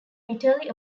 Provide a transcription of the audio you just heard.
bitterly